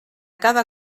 cada